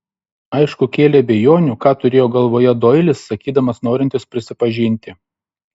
aišku kėlė abejonių ką turėjo galvoje doilis sakydamas norintis prisipažinti